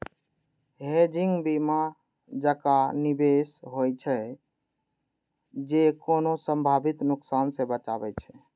hedging बीमा जकां निवेश होइ छै, जे कोनो संभावित नुकसान सं बचाबै छै